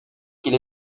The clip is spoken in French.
qu’il